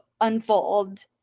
unfold